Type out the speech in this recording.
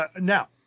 Now